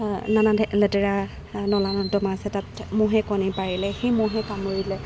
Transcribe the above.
নানা লেতেৰা নলা নৰ্দমা আছে তাত ম'হে কণী পাৰিলে সেই ম'হে কামুৰিলে